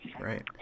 Right